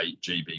GB